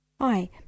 Hi